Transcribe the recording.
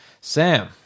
Sam